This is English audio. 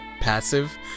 passive